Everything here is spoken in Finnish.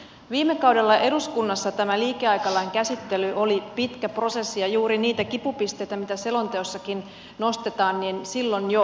viime kaudella eduskunnassa tämä liikeaikalain käsittely oli pitkä prosessi ja juuri niitä kipupisteitä mitä selonteossakin nostetaan silloin jo pohdittiin